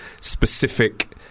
specific